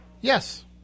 Yes